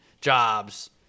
jobs